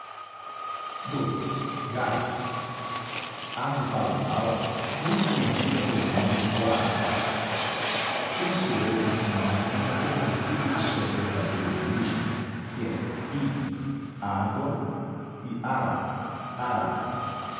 ii gará ave paludal muito conhecida pelo nome de guará penso eu que esse nome anda corrompido de sua verdadeira origem que é ig água e ará arara